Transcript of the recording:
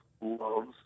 loves